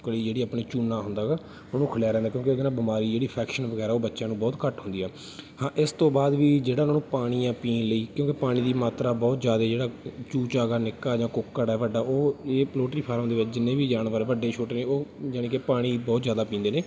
ਕਲੀ ਜਿਹੜੀ ਆਪਣੀ ਚੂਨਾ ਹੁੰਦਾ ਹੈਗਾ ਉਹਨੂੰ ਖਿਲਾਰਿਆ ਜਾਂਦਾ ਕਿਉਂਕਿ ਉਹਦੇ ਨਾਲ ਬਿਮਾਰੀ ਜਿਹੜੀ ਇਫੈਕਸ਼ਨ ਵਗੈਰਾ ਉਹ ਬੱਚਿਆਂ ਨੂੰ ਬਹੁਤ ਘੱਟ ਹੁੰਦੀ ਆ ਹਾਂ ਇਸ ਤੋਂ ਬਾਅਦ ਵੀ ਜਿਹੜਾ ਉਹਨਾਂ ਨੂੰ ਪਾਣੀ ਆ ਪੀਣ ਲਈ ਕਿਉਂਕਿ ਪਾਣੀ ਦੀ ਮਾਤਰਾ ਬਹੁਤ ਜ਼ਿਆਦਾ ਜਿਹੜਾ ਚੂਚਾ ਹੈਗਾ ਨਿੱਕਾ ਜਾਂ ਕੁੱਕੜ ਹੈ ਵੱਡਾ ਉਹ ਇਹ ਪਲੋਟਰੀ ਫਾਰਮ ਦੇ ਵਿੱਚ ਜਿੰਨੇ ਵੀ ਜਾਨਵਰ ਵੱਡੇ ਛੋਟੇ ਨੇ ਉਹ ਯਾਨੀ ਕਿ ਪਾਣੀ ਬਹੁਤ ਜ਼ਿਆਦਾ ਪੀਂਦੇ ਨੇ